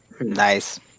Nice